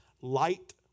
light